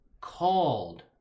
called